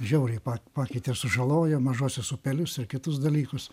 žiauriai pa pakeitė ir sužalojo mažuosius upelius ir kitus dalykus